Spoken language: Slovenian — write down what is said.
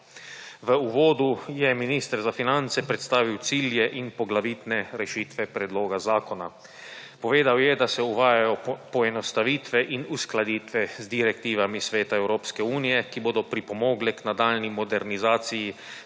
V uvodu je minister za finance predstavil cilje in poglavitne rešitve predloga zakona. Povedal je, da se uvajajo poenostavitve in uskladitve z direktivami Sveta Evropske unije, ki bodo pripomogle k nadaljnji modernizaciji